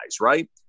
right